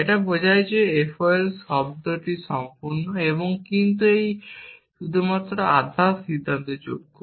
এটা বোঝায় যে F O L শব্দ সম্পূর্ণ কিন্তু এটি শুধুমাত্র আধা সিদ্ধান্তযোগ্য